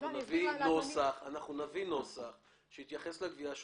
נביא נוסח שיתייחס לגבייה השוטפת.